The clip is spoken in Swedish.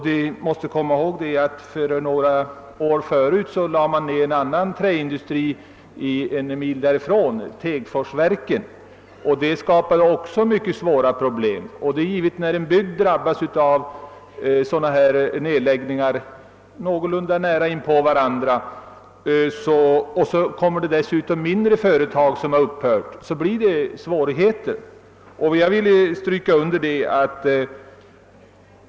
Vi måste komma ihåg att det för några år sedan nedlades en annan träindustri en mil därifrån, Tegeforsverken, vilket också skapade mycket svåra problem. När en bygd med korta mellanrum drabbas av sådana nedläggningar, liksom också av nedläggningar av mindre företag, är det givet att det uppstår svårigheter.